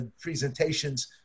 presentations